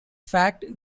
fact